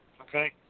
okay